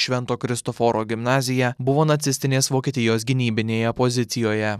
švento kristoforo gimnazija buvo nacistinės vokietijos gynybinėje pozicijoje